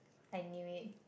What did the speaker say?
I knew it